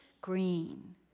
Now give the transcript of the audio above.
green